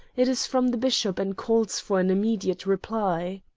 it is from the bishop and calls for an immediate reply.